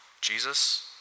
Jesus